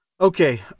Okay